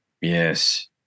Yes